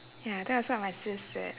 ya that was what my sis said